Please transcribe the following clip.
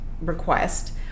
request